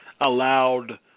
allowed